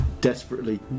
Desperately